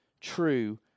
true